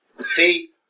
see